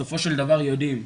בסופו של דבר יודעים.